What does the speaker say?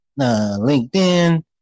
LinkedIn